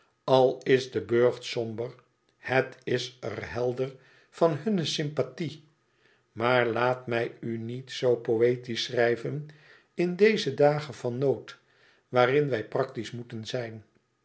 al is de burcht somber het is er helder van hunne sympathie maar laat mij u niet zoo poëtisch schrijven in deze dagen van nood waarin wij practisch moeten zijn